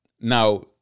Now